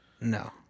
no